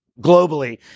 globally